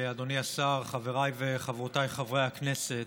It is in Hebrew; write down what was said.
אדוני השר, חבריי וחברותיי חברי הכנסת,